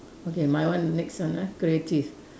okay my one next one ah creative